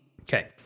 Okay